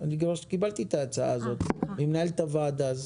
כבר קיבלתי את ההצעה הזאת ממנהלת הוועדה.